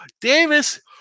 Davis